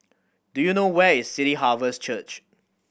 do you know where is City Harvest Church